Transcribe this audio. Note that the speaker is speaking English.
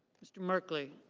mr. markley.